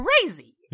crazy